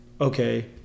okay